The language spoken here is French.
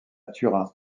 turin